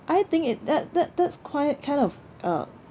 I think it that that that's quite kind of uh